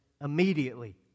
immediately